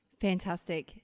Fantastic